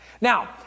Now